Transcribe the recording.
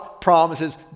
promises